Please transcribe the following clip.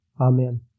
Amen